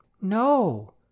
No